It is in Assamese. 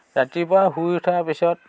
ৰাতিপুৱা শুই উঠা পিছত